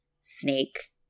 Snake